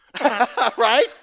Right